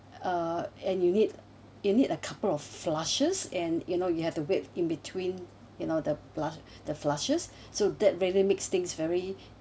uh and you need you need a couple of flushes and you know you have to wait in between you know the flush the flushes so that really makes things very